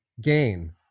gain